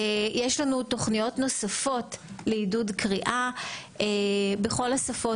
יש לנו תוכניות נוספות לעידוד קריאה בכל השפות.